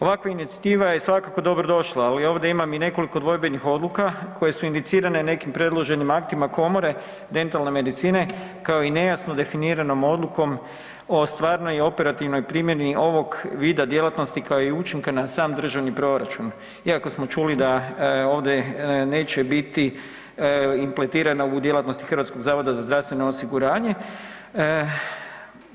Ovakva inicijativa je svakako dobrodošla, ali ovdje imam i nekoliko dvojbenih odluka koje su indicirane nekim predloženim aktima Komore dentalne medicine kao i nejasno definiranom odlukom o stvarnoj i operativnoj primjeni ovog vida djelatnosti kao i učinka na sam državni proračun, iako smo čuli da ovdje neće biti … u djelatnosti HZZO-a.